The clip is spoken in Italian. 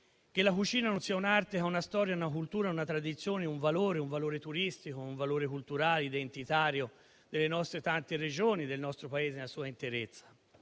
che la cucina non sia un'arte, una storia, una cultura, una tradizione, un valore turistico, culturale e identitario delle nostre tante Regioni e del nostro Paese nella sua interezza.